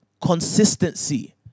consistency